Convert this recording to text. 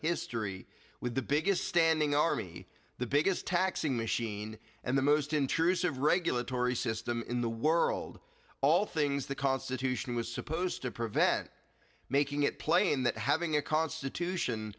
history with the biggest standing army the biggest taxing machine and the most intrusive regulatory system in the world all things the constitution was supposed to prevent making it plain that having a constitution